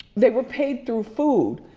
they were paid through food.